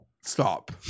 Stop